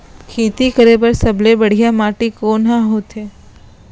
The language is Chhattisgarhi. खेती करे बर सबले बढ़िया माटी कोन हा होथे?